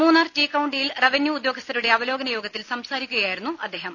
Munnar Tea കൌണ്ടിയിൽ revenue ഉദ്യോഗസ്ഥരുടെ അവലോകനയോഗത്തിൽ സംസാരിക്കുക യായിരുന്നു അദ്ദേഹം